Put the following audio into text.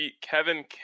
Kevin